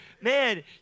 man